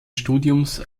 studiums